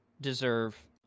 deserve